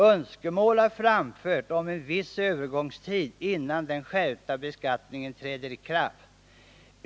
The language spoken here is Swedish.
Önskemål har framförts om en viss övergångstid innan den skärpta beskattningen träder i kraft.